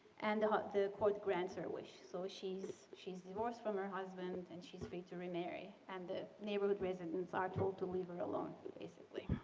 and the court grants her wish. so she's she's divorced from her husband and she's free to remarry. and the neighborhood residents are told to leave her alone, basically.